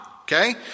Okay